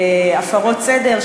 הפרות סדר,